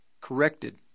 corrected